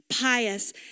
pious